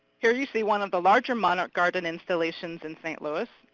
here you see one of the larger monarch garden installations in st. louis.